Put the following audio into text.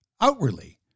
outwardly